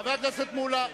חבר הכנסת מולה.